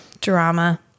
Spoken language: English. Drama